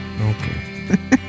okay